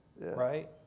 Right